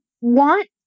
want